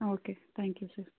ಹಾಂ okay you sir